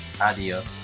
Adios